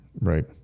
Right